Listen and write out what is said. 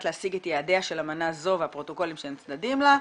להשיג את יעדיה של אמנה זו והפרוטוקולים שהם צדדים לה.